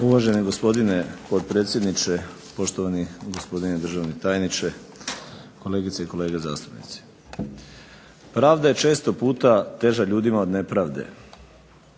Uvaženi gospodine potpredsjedniče, poštovani gospodine državni tajniče, kolegice i kolege zastupnici. Pravda je često puta teža ljudima od nepravde.